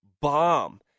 bomb